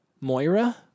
Moira